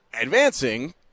advancing –